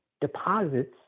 deposits